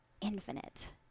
infinite